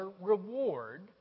reward